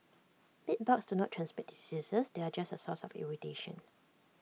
bedbugs do not transmit diseases they are just A source of irritation